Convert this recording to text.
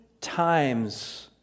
times